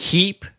Keep